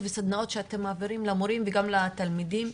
ולסדנאות שאתם מעבירים למורים וגם לתלמידים?